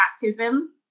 baptism